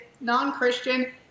non-Christian